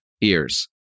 ears